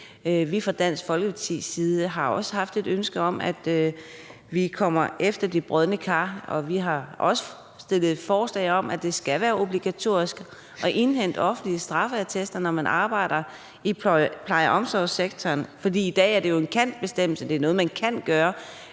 har fra Dansk Folkepartis side også haft et ønske om, at vi kommer efter de brodne kar, og vi har også fremsat forslag om, at det skal være obligatorisk at indhente offentlige straffeattester, når man arbejder i pleje- og omsorgssektoren. For i dag er det jo en kendt bestemmelse, altså det er noget, man kan gøre.